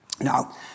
Now